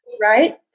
right